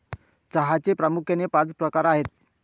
चहाचे प्रामुख्याने पाच प्रकार आहेत